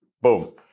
boom